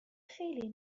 خیلی